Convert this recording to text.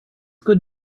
good